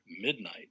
midnight